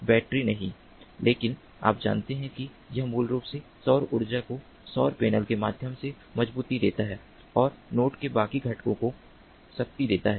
battery नहीं लेकिन आप जानते हैं कि यह मूल रूप से सौर ऊर्जा को सौर पैनल के माध्यम से मजबूती देता है और नोड के बाकी घटकों को शक्ति देता है